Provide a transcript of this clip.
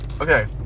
okay